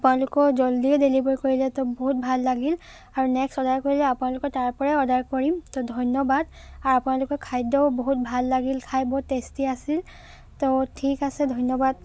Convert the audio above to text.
আপোনালোকৰ জল্দিয়ে ডেলিভাৰ কৰিলে তো বহুত ভাল লাগিল আৰু নেক্সট অৰ্ডাৰ কৰিলে আপোনালোকৰ তাৰপৰাই অৰ্ডাৰ কৰিম তো ধন্যবাদ আৰু আপোনালোকৰ খাদ্যও বহুত ভাল লাগিল খাই বহুত টেষ্টি আছিল তো ঠিক আছে ধন্যবাদ